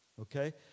Okay